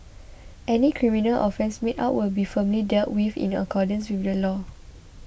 any criminal offence made out will be firmly dealt with in accordance with the law